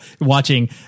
watching